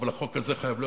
אבל החוק הזה חייב להיות